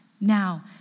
now